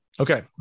Okay